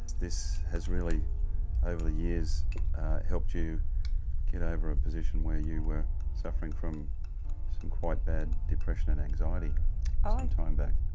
this has really over the years helped you get over a position were you were suffering from some quite bad depression and anxiety some ah um time back,